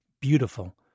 beautiful